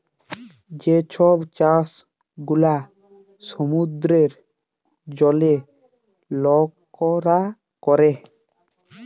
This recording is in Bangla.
যে ছব চাষ গুলা সমুদ্রের জলে লকরা ক্যরে